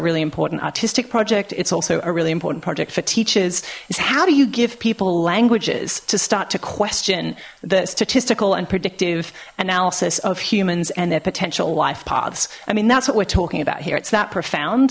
really important artistic project it's also a really important project for teachers is how do you give people languages to start to question the statistical and predictive analysis of humans and their potential life paths i mean that's what we're talking about here it's not profound